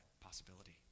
possibility